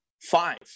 five